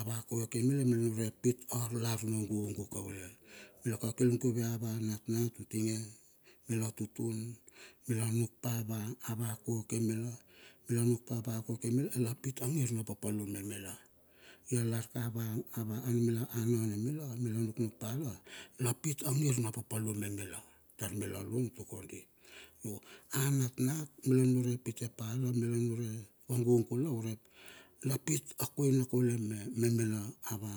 Ava koke mila unure pit ar lar na gugu kaule, mila kakil guve ava ananat utinge mila tutun, mila nuk pa ava ava koke, mila nuk pa ava koke mila lapit angir na papalum me mila. I arlar ka ava ava, anumila ava nane mila mila nuknuk pa la, lapit angir na papalum me mila tar mila lun tuk kodi yo a natnat mila nunure pite pala mila nunure va gugu la urep la pit akoina kaule me mila ava